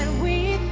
wheat